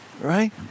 right